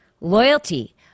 Loyalty